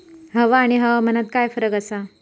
हवा आणि हवामानात काय फरक असा?